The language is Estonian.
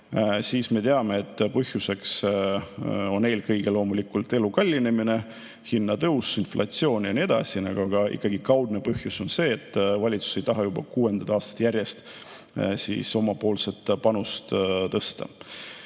siis me teame, et põhjuseks on eelkõige loomulikult elu kallinemine, hinnatõus, inflatsioon ja nii edasi, aga kaudne põhjus on ikkagi see, et valitsus ei taha juba kuuendat aastat järjest oma panust tõsta.